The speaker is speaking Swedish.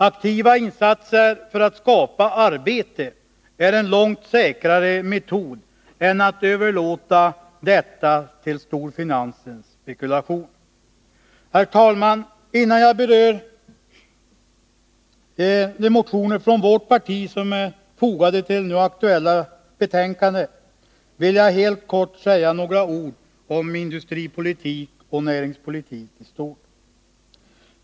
Aktiva insatser för att skapa arbete är en långt säkrare metod än att överlåta detta till storfinansens spekulation. Herr talman! Innan jag berör de motioner från vårt parti som är fogade till det nu aktuella betänkandet, vill jag helt kort säga några ord om industripolitik och näringspolitik i stort.